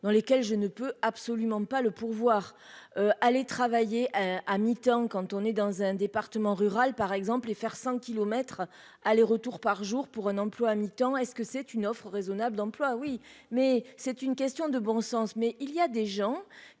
dans lesquelles je ne peux absolument pas le pourvoir aller travailler à mi-temps quand on est dans un département rural, par exemple, les faire 100 kilomètres aller-retour par jour pour un emploi à mi-temps est-ce que c'est une offre raisonnable d'emploi oui, mais c'est une question de bon sens, mais il y a des gens